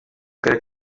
karere